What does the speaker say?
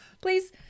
Please